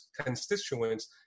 constituents